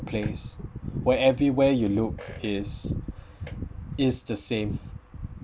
place where everywhere you look is is the same